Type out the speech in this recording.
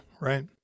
right